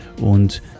und